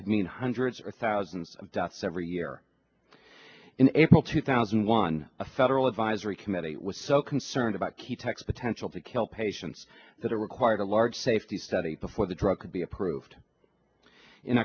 could mean hundreds or thousands of deaths every year in april two thousand and one a federal advisory committee was so concerned about key techs potential to kill patients that it required a large safety study before the drug could be approved in